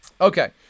Okay